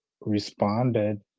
responded